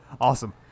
Awesome